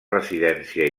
residència